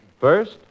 First